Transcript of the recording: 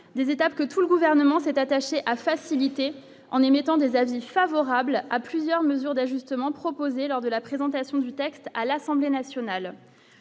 des étapes que tout le gouvernement s'est attaché à faciliter en émettant des avis favorable à plusieurs mesures d'ajustement proposé lors de la présentation du texte à l'Assemblée nationale.